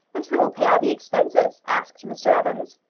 and who'll pay all the expenses? asked mr evans.